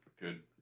Good